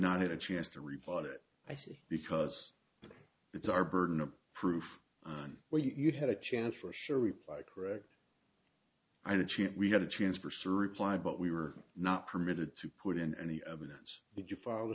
not had a chance to report it i see because it's our burden of proof on where you had a chance for sure reply correct i did cheat we had a chance for sir replied but we were not permitted to put in any evidence if you follow the